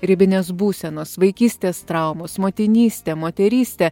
ribinės būsenos vaikystės traumos motinystė moterystė